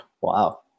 Wow